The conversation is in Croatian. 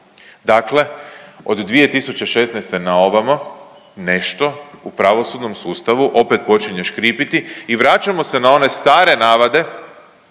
Dakle od 2016. na ovamo nešto u pravosudnom sustavu opet počinje škripiti i vraćamo se na one stare navade